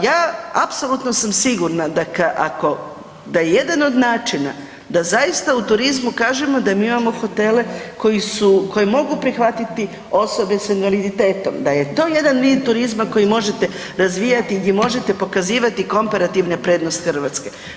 Ja apsolutno sam sigurna dakle ako, da je jedan od načina da zaista u turizmu kažemo da mi imamo hotele koji su, koji mogu prihvatiti osobe s invaliditetom, da je to jedan vid turizma koji možete razvijati gdje možete pokazivati komparativne prednosti Hrvatske.